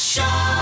Show